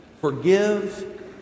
forgive